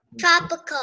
Tropical